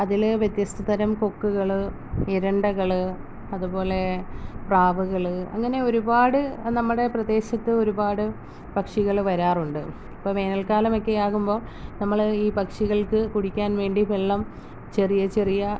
അതില് വ്യത്യസ്ത തരം കൊക്കുകള് എരുണ്ടകള് അതുപോലെ പ്രാവുകള് അങ്ങനെ ഒരുപാട് നമ്മുടെ പ്രദേശത്ത് ഒരുപാട് പക്ഷികള് വരാറുണ്ട് ഇപ്പം വേനൽകാലമൊക്കെയാകുമ്പോൾ നമ്മള് ഈ പക്ഷികൾക്ക് കുടിക്കാൻ വേണ്ടി വെള്ളം ചെറിയ ചെറിയ